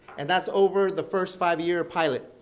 and that's over the first five year pilot?